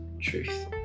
truth